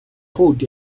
hot